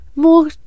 More